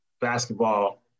basketball